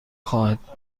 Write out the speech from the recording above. خواهد